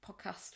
podcast